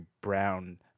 brown